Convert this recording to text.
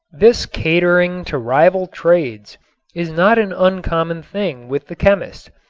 this catering to rival trades is not an uncommon thing with the chemist.